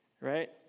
right